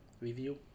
review